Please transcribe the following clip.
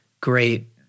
Great